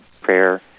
prayer